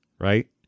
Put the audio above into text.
right